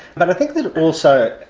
but i think that also,